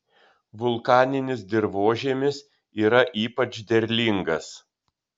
vulkaninis dirvožemis yra ypač derlingas